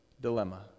dilemma